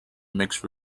mixed